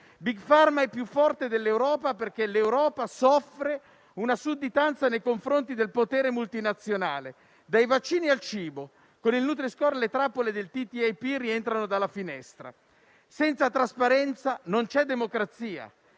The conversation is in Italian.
"Big pharma" è più forte dell'Europa perché l'Europa soffre una sudditanza nei confronti del potere multinazionale, dai vaccini al cibo. Con il Nutri-Score le trappole del TTIP rientrano dalla finestra. Senza trasparenza non c'è democrazia;